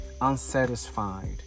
unsatisfied